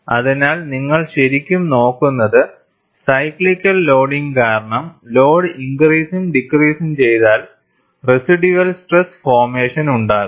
അതിനാൽ നിങ്ങൾ ശരിക്കും നോക്കുന്നത് സൈക്ലിക്കൽ ലോഡിംഗ് കാരണം ലോഡ് ഇൻക്രിസും ഡിക്രിസും ചെയ്താൽ റെസിഡ്യൂവൽ സ്ട്രെസ് ഫോർമേഷൻ ഉണ്ടാകും